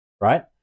right